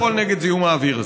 לפעול נגד זיהום האוויר הזה?